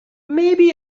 maybe